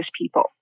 people